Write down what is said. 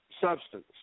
substance